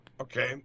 okay